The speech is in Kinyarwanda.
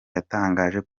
yatangaje